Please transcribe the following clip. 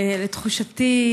לתחושתי,